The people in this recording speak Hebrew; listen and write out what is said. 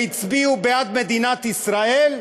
והצביעו בעד מדינת ישראל,